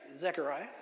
Zechariah